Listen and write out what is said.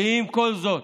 ועם כל זאת,